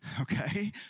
okay